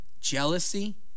jealousy